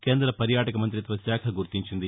కేంద్ర పర్యాటక మంఠిత్వశాఖ గుర్తించింది